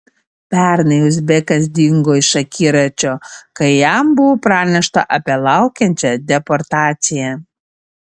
pernai uzbekas dingo iš akiračio kai jam buvo pranešta apie laukiančią deportaciją